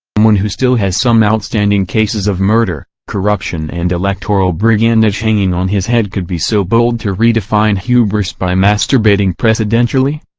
someone who still has some outstanding cases of murder, corruption and electoral brigandage hanging on his head could be so bold to re-define hubris by masturbating presidentially?